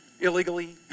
Illegally